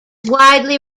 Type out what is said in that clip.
widely